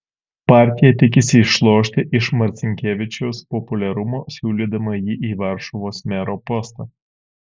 partija tikisi išlošti iš marcinkevičiaus populiarumo siūlydama jį į varšuvos mero postą